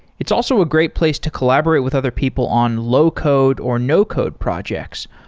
it's also a great place to collaborate with other people on low code or no code projects,